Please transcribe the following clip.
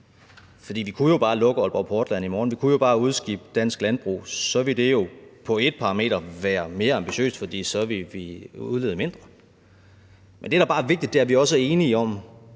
for vi kunne jo bare lukke Aalborg Portland i morgen, vi kunne jo bare udskibe dansk landbrug – så ville det på ét parameter være mere ambitiøst, for så ville vi udlede mindre. Men det, der bare er vigtigt, er, at vi også er enige om,